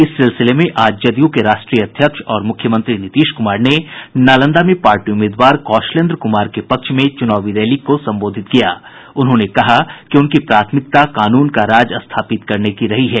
इस सिलसिले में आज जदयू के राष्ट्रीय अध्यक्ष और मुख्यमंत्री नीतीश कुमार ने नालंदा में पार्टी उम्मीदवार कौशलेन्द्र कुमार के पक्ष में चुनावी रैली को संबोधित करते हुए कहा कि उनकी प्राथमिकता कानून का राज स्थापित करने की रही है